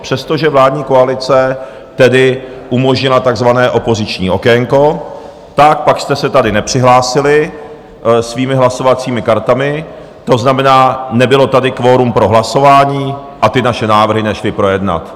Přestože vládní koalice tedy umožnila takzvané opoziční okénko, pak jste se tady nepřihlásili svými hlasovacími kartami, to znamená, nebylo tady kvorum pro hlasování a naše návrhy nešly projednat.